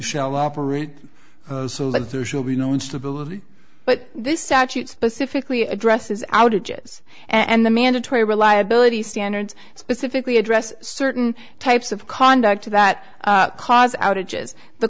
shell operator will be no instability but this statute specifically addresses outages and the mandatory reliability standards specifically address certain types of conduct that cause outages the